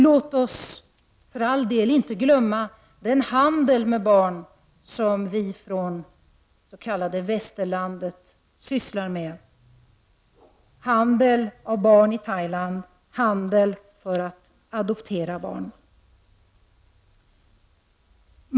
Låt oss för all del inte glömma bort handeln med barn som vi från det s.k. västerlandet sysslar med — handeln med barn i Thailand, handeln för att adoptera barn.